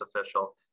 official